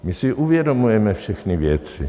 My si uvědomujeme všechny věci.